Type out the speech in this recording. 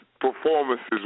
performances